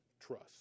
trust